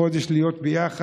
חודש להיות ביחד